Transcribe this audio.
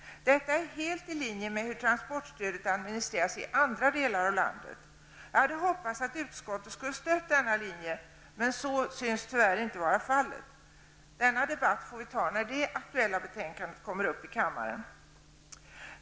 Detta är helt i linje med hur tranportstödet administreras i andra delar av landet. Jag hade hoppats att utskottet skulle stödja denna linje, men så är tyvärr inte fallet. Den debatten får vi ta när det aktuella betänkandet kommer upp i kammaren.